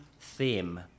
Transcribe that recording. theme